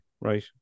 Right